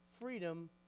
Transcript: freedom